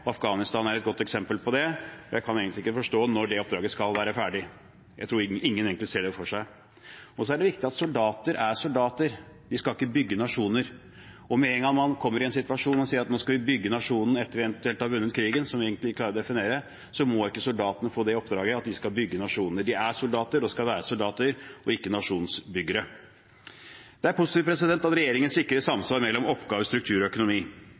oppdraget. Afghanistan er et godt eksempel på det. Jeg kan egentlig ikke forstå når det oppdraget skal være ferdig. Jeg tror ingen egentlig ser det for seg. Så er det viktig at soldater er soldater. De skal ikke bygge nasjoner. Med en gang man kommer i en situasjon der man sier at nå skal man bygge nasjonen, etter eventuelt å ha vunnet krigen, som vi egentlig ikke kan definere, må ikke soldatene få i oppdrag å bygge nasjonen. De er soldater, og de skal være soldater og ikke nasjonsbyggere. Det er positivt at regjeringen sikrer samsvar mellom oppgaver, struktur og økonomi.